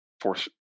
force